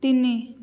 ତିନି